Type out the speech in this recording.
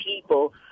people